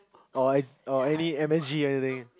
oh any oh any M S_G anything